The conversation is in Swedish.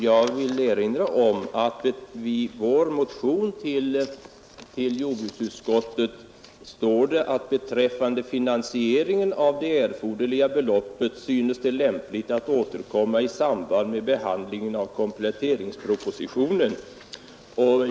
Jag vill erinra om att beträffande finansieringen av det erforderliga beloppet står det i vår motion att det synes lämpligt att återkomma till detta i samband med behandlingen av kompletteringspropositionen.